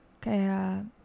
Kaya